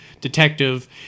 detective